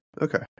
okay